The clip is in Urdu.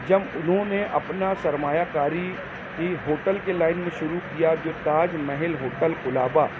جب انہوں نے اپنا سرمایا کاری کی ہوٹل کے لائن میں شروع کیا جو تاج محل ہوٹل کولابہ